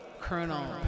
Colonel